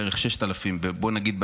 בואו נגיד,